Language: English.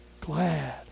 glad